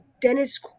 Dennis